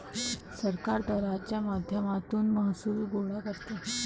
सरकार दराच्या माध्यमातून महसूल गोळा करते